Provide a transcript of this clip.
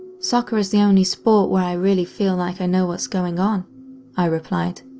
soccer is the only sport where i really feel like i know what's going on i replied.